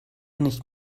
nicht